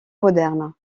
moderne